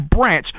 branch